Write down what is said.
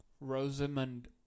Rosamund